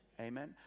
Amen